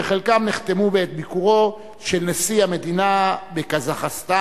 שחלקם נחתמו בעת ביקורו של נשיא המדינה בקזחסטן,